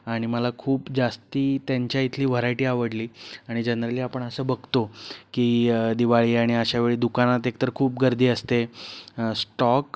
आणि मला खूप जास्ती त्यांच्या इथली व्हरायटी आवडली आणि जनरली आपण असं बघतो की दिवाळी आणि अशा वेळी दुकानात एक तर खूप गर्दी असते स्टॉक